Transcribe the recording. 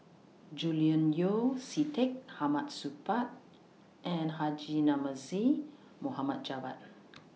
Julian Yeo See Teck Hamid Supaat and Haji Namazie Mohamed Javad